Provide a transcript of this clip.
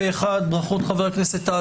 פה אחד הצעת חוק תובענות ייצוגיות (תיקון - מעמדם של ארגוני סביבה),